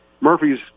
Murphy's